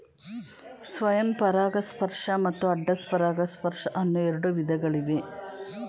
ಸ್ವಯಂ ಪರಾಗಸ್ಪರ್ಶ ಮತ್ತು ಅಡ್ಡ ಪರಾಗಸ್ಪರ್ಶ ಅನ್ನೂ ಎರಡು ವಿಧಗಳಿವೆ